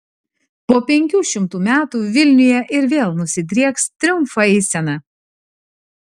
po penkių šimtų metų vilniuje ir vėl nusidrieks triumfo eisena